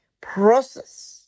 process